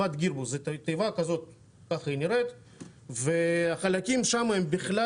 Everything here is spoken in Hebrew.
זאת תיבה שככה נראית והחלקים שם הם בכלל